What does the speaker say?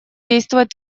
действовать